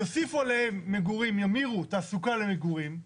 יוסיפו עליהם מגורים, ימירו תעסוקה למגורים.